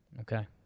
Okay